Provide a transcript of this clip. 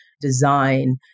design